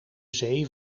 zee